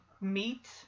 meat